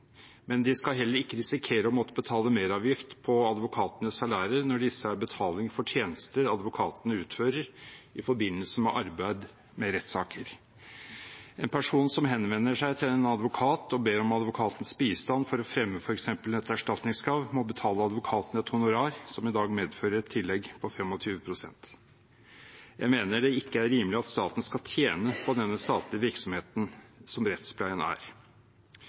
Men de skal heller ikke risikere å måtte betale merverdiavgift på advokatenes salærer når disse er betaling for tjenester advokatene utfører i forbindelse med arbeid med rettssaker. En person som henvender seg til en advokat og ber om advokatens bistand for å fremme f.eks. et erstatningskrav, må betale advokaten et honorar som i dag medfører et tillegg på 25 pst. Vi mener det ikke er rimelig at staten skal tjene på den statlige virksomheten som rettspleien er.